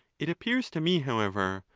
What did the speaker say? it appears to me, however,